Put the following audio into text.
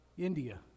India